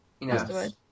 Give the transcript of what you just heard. Yes